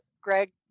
greg